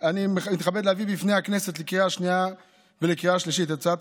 אני מתכוון להביא בפני הכנסת לקריאה שנייה ולקריאה שלישית את הצעת